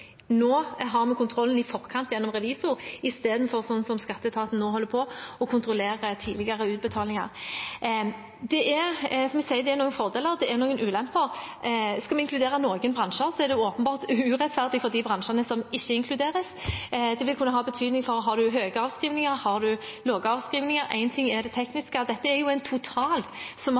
Nå har vi kontrollen i forkant gjennom revisor i stedet for at det er slik skatteetaten nå holder på, med å kontrollere tidligere utbetalinger. Som jeg sier: Det er noen fordeler, og det er noen ulemper. Skal vi inkludere noen bransjer, er det åpenbart urettferdig for de bransjene som ikke inkluderes. Det vil kunne ha betydning for om man har høye avskrivninger, eller om man har lave avskrivninger. Én ting er det tekniske. Dette er en total som